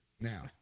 now